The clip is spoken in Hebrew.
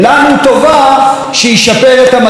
שישפר את המצב ברצועת עזה.